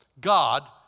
God